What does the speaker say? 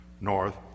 North